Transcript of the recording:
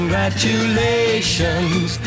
Congratulations